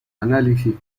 análisis